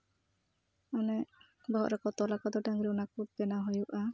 ᱚᱱᱮ ᱵᱚᱦᱚᱜ ᱨᱮᱠᱚ ᱛᱚᱞ ᱟᱠᱚ ᱫᱚ ᱰᱟᱝᱨᱤ ᱚᱱᱟ ᱠᱚ ᱵᱮᱱᱟᱣ ᱦᱩᱭᱩᱜᱼᱟ